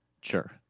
Sure